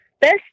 Best